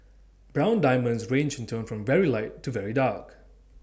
brown diamonds range in tone from very light to very dark